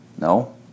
No